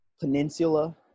peninsula